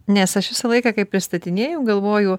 nes aš visą laiką kai pristatinėjau galvoju